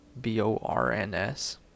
B-O-R-N-S